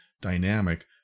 dynamic